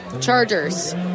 Chargers